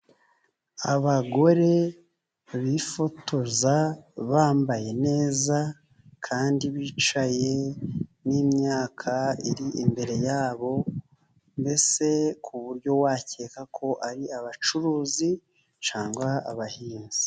Abagore bifotoza bambaye neza , kandi bicaye n'imyaka iri imbere yabo, mbese ku buryo wakeka ko ari abacuruzi cyangwa abahinzi.